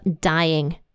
dying